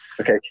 okay